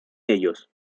ellos